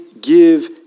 give